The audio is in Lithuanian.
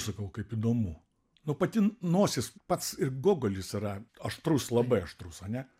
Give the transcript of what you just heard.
sakau kaip įdomu nu pati nosis pats ir gogolis yra aštrus labai aštrus ane